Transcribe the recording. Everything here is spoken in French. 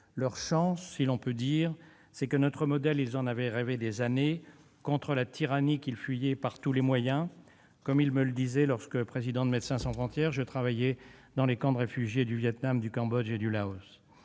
Leur chance, si l'on peut dire, c'est que notre modèle, ils en avaient rêvé pendant des années, contre la tyrannie qu'ils fuyaient par tous les moyens, comme ils me le disaient lorsque, président de Médecins sans frontières, je travaillais dans les camps de réfugiés du Vietnam, du Cambodge et du Laos.